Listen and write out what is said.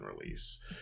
release